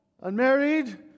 unmarried